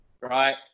right